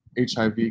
HIV